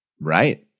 Right